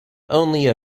only